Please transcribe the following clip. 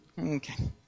Okay